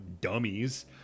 dummies